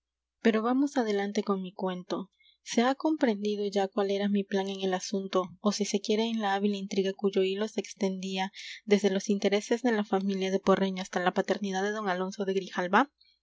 pero vamos adelante con mi cuento se ha comprendido ya cuál era mi plan en el asunto o si se quiere en la hábil intriga cuyo hilo se extendía desde los intereses de la familia de porreño hasta la paternidad de d alonso de grijalva